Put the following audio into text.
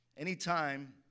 Anytime